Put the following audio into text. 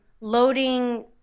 loading